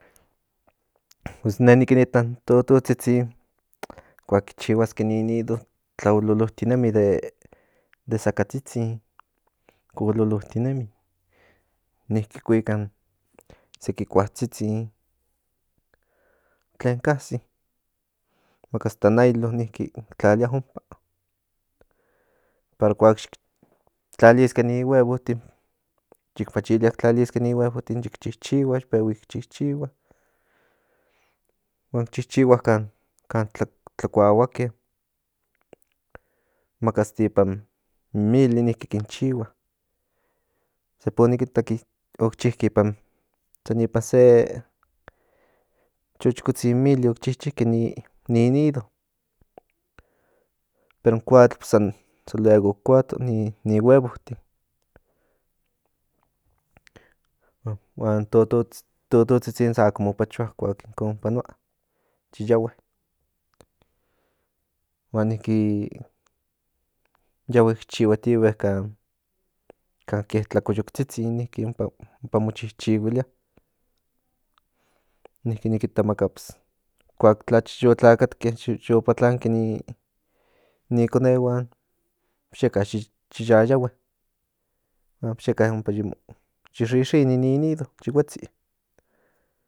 Pues in ne nik ita in tototsitsin kuak ki chihuaske ni nido tlaololotinemi de zacatsitsin cololotinemi niki kuika seki kuatsitsin tlen kasi maka hasta nailo niki ki tlalia ompa kuak xic tlaliske ni huevotin yic machilia tlaliske ni huevotin xic chichihua yi pehui chichihua huan chihua kan tlakuahuake maka hasta ipan mili niki kin chihua sepa o nik itak oc chile san ipan se chochokotzin mili oc chike ni nido pero in coatl san luego oc kuato in ni huevotin huan tototsitsin ako mo pachoa kuak inkon panoa yi yahue huan niki yahue chihuatihue kan ke tlacoyoktsitsin niki ompa mo chichihuilia niki nik kita maka kuak tlacha yo tlachake yo patlanke ni konehuan yeka yik yayahue yeka ompa yi xixini ompa ni nido yi huetsi